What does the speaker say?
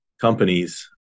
companies